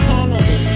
Kennedy